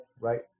right